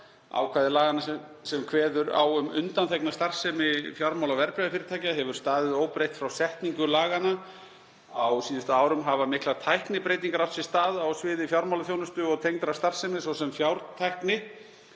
Ákvæði laganna sem kveður á um undanþegna starfsemi fjármála- og verðbréfafyrirtækja hefur staðið óbreytt frá setningu laganna. Á síðustu árum hafa miklar tæknibreytingar átt sér stað á sviði fjármálaþjónustu og tengdrar starfsemi, svo sem fjártækni.